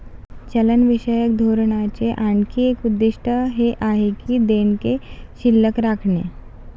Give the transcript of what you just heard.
चलनविषयक धोरणाचे आणखी एक उद्दिष्ट हे आहे की देयके शिल्लक राखणे